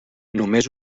només